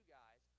guys